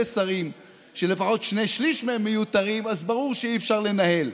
שרים שלפחות שני שלישים מהם מיותרים אז ברור שאי-אפשר לנהל.